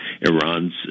Iran's